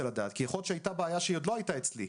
לדעת - כי יכול להיות שהייתה בעיה שהיא עוד לא הייתה אצלי,